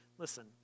Listen